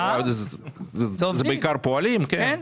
זה בעיקר פועלים, כן?